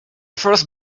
first